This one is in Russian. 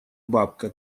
бабка